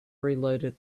reloaded